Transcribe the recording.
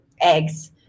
eggs